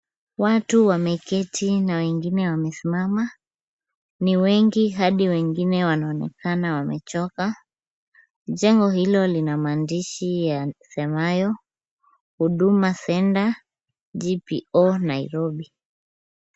Watu wameketi na wengine wamesimama. Ni wengi hadi wengine wanaonekana wamechoka. Jengo hilo lina maandishi yasemayo Huduma Centre GPO Nairobi.